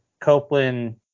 Copeland